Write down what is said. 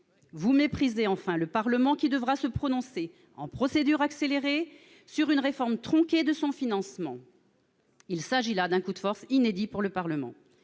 Vous méprisez enfin le Parlement, qui devra se prononcer dans le cadre de la procédure accélérée sur une réforme tronquée de son financement. Il s'agit là d'un coup de force inédit pour le Parlement.